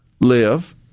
live